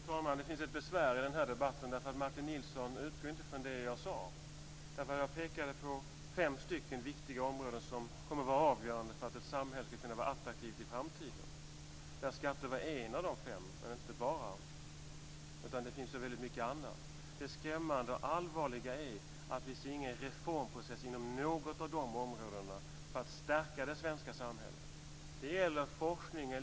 Fru talman! Det var intressant att höra Gunnar Hökmarks anförande om internationalisering, globalisering och framtiden, som jag tyckte handlade väldigt mycket om det som redan har varit och väldigt lite om de framtida utmaningar vi står inför. Dessutom ägnades mycket tid åt vilka som var här eller inte.